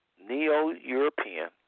neo-European